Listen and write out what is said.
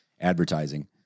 advertising